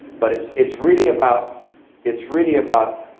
but it's it's really about it's really about